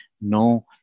no